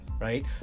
right